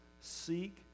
seek